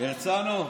הרצנו,